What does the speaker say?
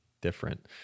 different